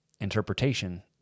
interpretation